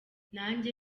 nanjye